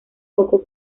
poco